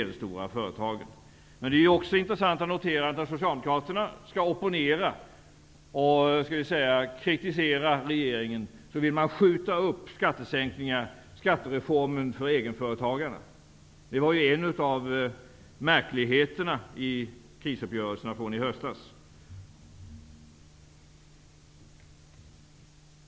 Det är också intressant att notera att när Socialdemokraterna skall opponera mot och kritisera regeringen vill de skjuta upp skattesänkningar för egenföretagarna inom ramen för skattereformen. Det var en av märkligheterna i krisuppgörelserna från i höstas.